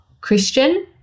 Christian